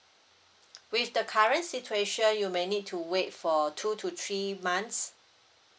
with the current situation you may need to wait for two to three months